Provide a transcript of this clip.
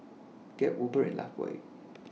Gap Uber and Lifebuoy